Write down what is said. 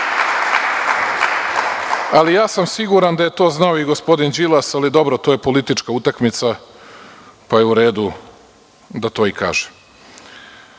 ja sam siguran da je to znao i gospodin Đilas, ali dobro, to je politička utakmica pa je u redu da to i